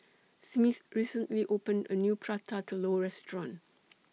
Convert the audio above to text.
Smith recently opened A New Prata Telur Restaurant